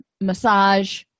massage